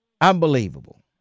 Unbelievable